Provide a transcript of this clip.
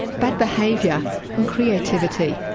bad behaviour and creativity.